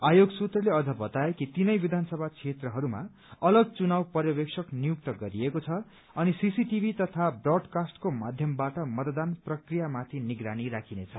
आयोग सूत्रले अझ बताए कि तीनै विधानसभा क्षेत्रहरूमा अलग चुनाव पर्यवेक्षक नियुक्त गरिएको छ अनि सीसीटीमी तथा ब्राडकास्टको माध्यमबाट मतदान प्रक्रिया माथि निगरानी राखिनेछ